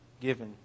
given